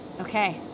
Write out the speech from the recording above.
Okay